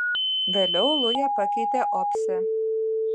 vėliau lują pakeitė opsė